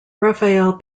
raphael